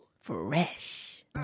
Fresh